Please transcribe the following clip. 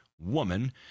woman